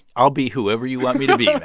i'll be whoever you want me to be, yeah